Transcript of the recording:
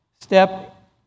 step